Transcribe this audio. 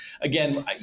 Again